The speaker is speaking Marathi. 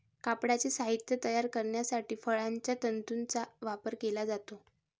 कापडाचे साहित्य तयार करण्यासाठी फळांच्या तंतूंचा वापर केला जातो